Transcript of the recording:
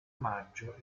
maggio